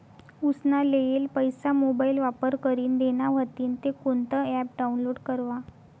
उसना लेयेल पैसा मोबाईल वापर करीन देना व्हतीन ते कोणतं ॲप डाऊनलोड करवा?